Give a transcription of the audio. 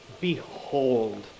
Behold